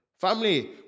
Family